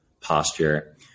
posture